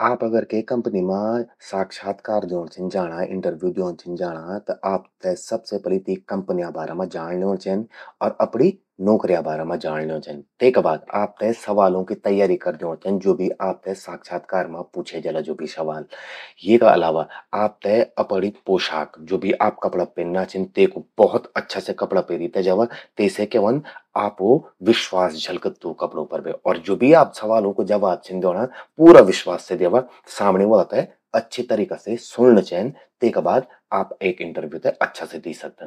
आप अगर के कंपनी मां साक्षात्कार द्योंण छिन जाणा, इंटरव्यू द्योंण छिन जाणा त आपते सबसे पलि तीं कंपन्या बारा मां जाण ल्यौंण चेंद। अर अपरि नौकर्या बारा मां जाण ल्यौंण चेंद। तेका बाद आपते सवालों कि तैयार कर द्यौंण चेंद, ज्वो भी आपते साक्षात्कार मां पूछ्ये जाला, ज्वो भी सवाल। येका अलावा आपते अपणि पोशाक, ज्वो भी कपड़ा पेन्ना छिन। तेकु बहुत अच्छा से कपड़ा पेरि ते जावा, तेसे क्या व्हंद आपो विश्वास झलकद, तूं कपड़ों पर बे। अर ज्वो भी आप सवालों कु जवाब छिन द्योंणा, पूरा विश्वास से द्यावा। सामणि वला ते अच्छा तरिका से सुण्णं चेंद। तेका बाद आप एक इंटरव्यू ते अच्छा से दी सकला।